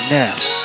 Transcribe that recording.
now